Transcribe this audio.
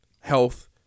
health